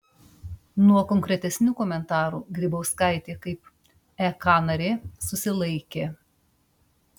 nuo konkretesnių komentarų grybauskaitė kaip ek narė susilaikė